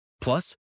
Plus